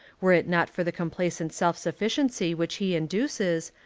were it not for the complacent self-suf ficiency which he induces,